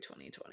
2020